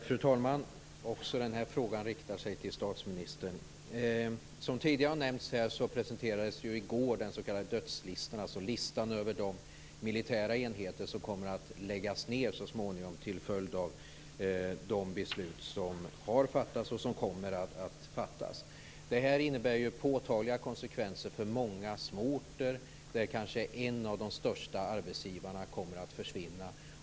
Fru talman! Också den här frågan riktar sig till statsministern. Som tidigare har nämnts här presenterades i går den s.k. dödslistan, dvs. listan över de militära enheter som kommer att läggas ned så småningom till följd av de beslut som har fattats och som kommer att fattas. Detta innebär påtagliga konsekvenser för många små orter där kanske en av de största arbetsgivarna kommer att försvinna.